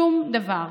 שום דבר.